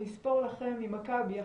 נספור ממכבי,